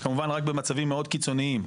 וכמובן רק במצבים מאוד קיצוניים.